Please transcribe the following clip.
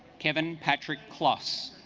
kevin patrick cloths